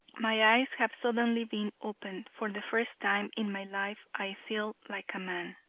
my eyes have suddenly been opened. for the first time in my life i feel like a man